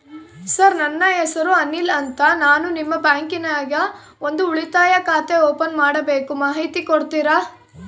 Sir ನನ್ನ ಹೆಸರು ಅನಿಲ್ ಅಂತ ನಾನು ನಿಮ್ಮ ಬ್ಯಾಂಕಿನ್ಯಾಗ ಒಂದು ಉಳಿತಾಯ ಖಾತೆ ಓಪನ್ ಮಾಡಬೇಕು ಮಾಹಿತಿ ಕೊಡ್ತೇರಾ?